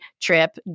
trip